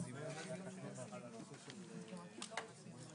הישיבה ננעלה בשעה 12:25.